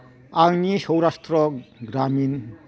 आंनि सौराष्ट्र ग्रामीण बेंक एकाउन्टआव बेसेबां रां दंबावो